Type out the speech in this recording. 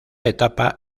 etapa